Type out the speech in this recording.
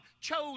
chose